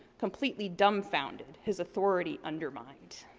completely dumbfounded. his authority undermined.